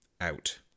out